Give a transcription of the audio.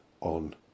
on